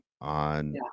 on